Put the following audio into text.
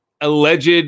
alleged